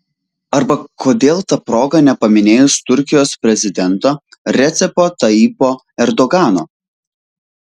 arba kodėl ta proga nepaminėjus turkijos prezidento recepo tayyipo erdogano